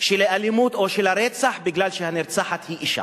של האלימות או של הרצח בגלל שהנרצחת היא אשה,